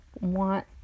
want